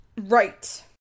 Right